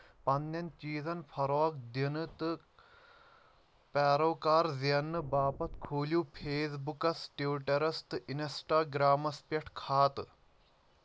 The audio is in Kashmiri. پننیٚن چیٖزن فروغ دِنہٕ تہٕ پیروكار زیننہٕ باپتھ کھوٗلِو فیس بُکس، ٹوِٹرس تہٕ اِنسٹاگرٛامس پٮ۪ٹھ كھاتہٕ